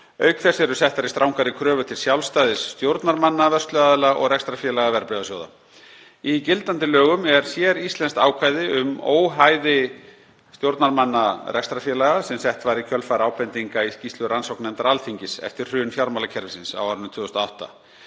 Auk þess eru settar strangari kröfur til sjálfstæðis stjórnarmanna vörsluaðila og rekstrarfélaga verðbréfasjóða. Í gildandi lögum er séríslenskt ákvæði um óhæði stjórnarmanna rekstrarfélaga sem sett var í kjölfar ábendinga í skýrslu rannsóknarnefndar Alþingis eftir hrun fjármálakerfisins á árinu 2008.